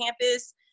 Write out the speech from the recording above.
campus